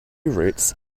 roots